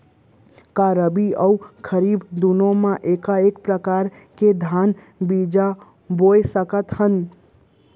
का रबि अऊ खरीफ दूनो मा एक्के प्रकार के धान बीजा बो सकत हन?